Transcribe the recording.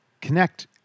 connect